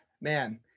man